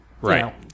right